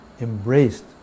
embraced